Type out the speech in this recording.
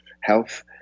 health